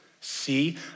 See